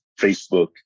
Facebook